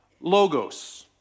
logos